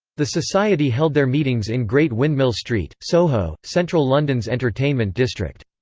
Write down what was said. the society held their meetings in great windmill street, soho, central london's entertainment district.